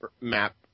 map